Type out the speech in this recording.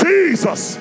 Jesus